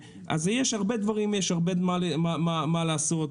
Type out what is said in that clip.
אני חושב